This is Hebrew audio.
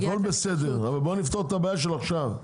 הכול בסדר, אבל בואו נפתור את הבעיה שקיימת עכשיו.